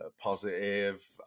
positive